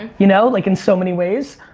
you know like in so many ways.